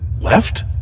left